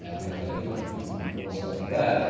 ah we've got a heap of content on pluralsight for that.